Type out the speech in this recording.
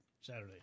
Saturday